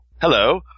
hello